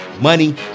money